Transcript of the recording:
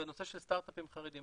בנושא של סטארט אפים חרדיים.